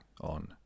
on